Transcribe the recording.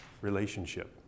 relationship